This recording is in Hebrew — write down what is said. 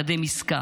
מקדם עסקה.